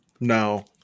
No